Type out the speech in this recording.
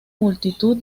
multitud